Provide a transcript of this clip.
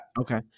Okay